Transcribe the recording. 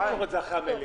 שבועיים?